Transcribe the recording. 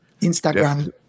Instagram